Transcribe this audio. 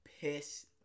piss